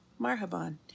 Marhaban